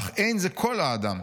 'אך אין זה כל האדם,